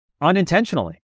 unintentionally